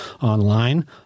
online